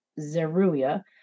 Zeruiah